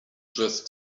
just